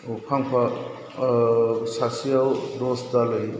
फांफा सासेयाव दस दालै